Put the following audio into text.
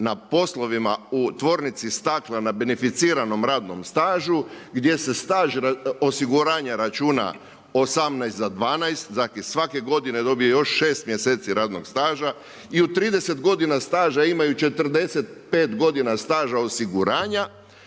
na poslovima u tvornici stakla, na beneficiranom radnom stažu gdje se staž osiguranja računa 18 za 12…/Govornik se ne razumije./…svake godine donije još 6 mjeseci radnog staža i u 30 godina staža imaju 45 godina staža osiguranja,